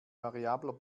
variabler